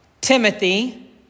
Timothy